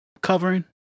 covering